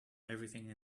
everything